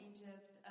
Egypt